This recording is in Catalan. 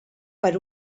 per